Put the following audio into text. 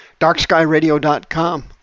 Darkskyradio.com